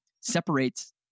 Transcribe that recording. separates